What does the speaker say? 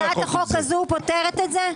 הצעת החוק הזו פותרת את זה?